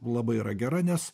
labai yra gera nes